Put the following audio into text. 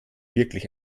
wirklich